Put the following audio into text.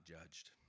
judged